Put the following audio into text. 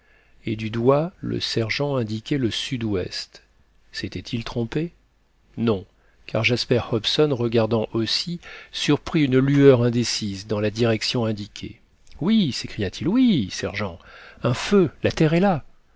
et du doigt le sergent indiquait le sud-ouest s'était-il trompé non car jasper hobson regardant aussi surprit une lueur indécise dans la direction indiquée oui s'écria-t-il oui sergent un feu la terre est là